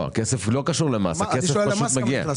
הכסף לא קשור למס, הכסף פשוט מגיע.